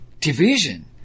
division